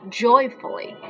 joyfully